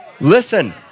Listen